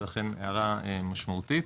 זאת אכן הערה משמעותית.